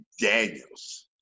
Daniels